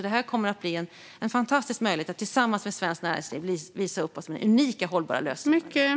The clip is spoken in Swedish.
Detta kommer att bli en fantastisk möjlighet att tillsammans med svenskt näringsliv visa upp oss och våra unika hållbara lösningar.